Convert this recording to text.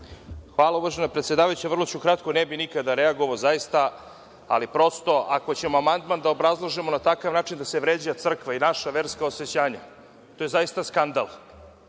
Hvala, uvažena predsedavajuća. Vrlo ću kratko. Ne bih nikada reagovao, zaista, ali ako ćemo amandman da obrazlažemo na takav način da se vređa crkva i naša verska osećanja, to je zaista skandal. Malopre